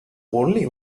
only